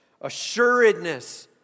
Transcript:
assuredness